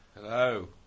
Hello